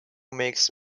makes